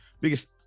biggest